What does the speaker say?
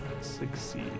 succeed